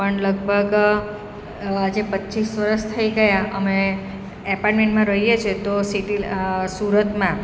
પણ લગભગ આજે પચીસ વર્ષ થઈ ગયાં અમે એપાર્ટમેન્ટમાં રહીએ છે તો આ સુરતમાં